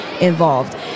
involved